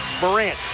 Morant